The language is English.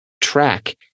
track